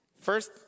first